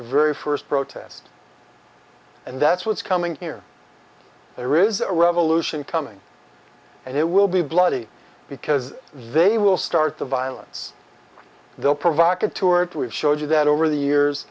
very first protest and that's what's coming here there is a revolution coming and it will be bloody because they will start the violence they'll provide the tour to it showed you that over the years